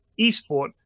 eSport